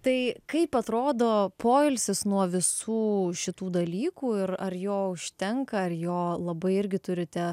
tai kaip atrodo poilsis nuo visų šitų dalykų ir ar jo užtenka ar jo labai irgi turite